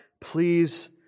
Please